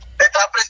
está